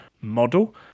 model